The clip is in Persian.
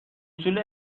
حصول